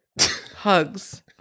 hugs